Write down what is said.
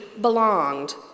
belonged